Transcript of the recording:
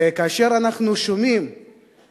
וכאשר אנחנו שומעים